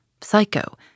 Psycho